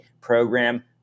program